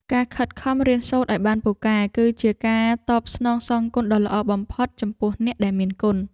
ការខិតខំរៀនសូត្រឱ្យបានពូកែ គឺជាការតបស្នងសងគុណដ៏ល្អបំផុតចំពោះអ្នកដែលមានគុណ។